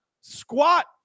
squat